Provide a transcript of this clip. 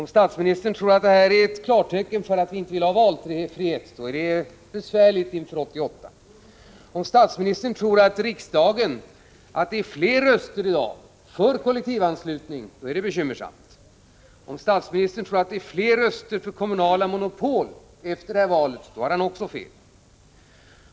Om statsministern tror att valresultatet är ett tecken på att vi inte vill ha valfrihet blir det besvärligt inför 1988. Om statsministern tror att det i riksdagen i dag finns fler röster för kollektivanslutning är det bekymmersamt. Om statsministern tror att det efter det här valet finns fler röster för kommunala monopol har han också fel.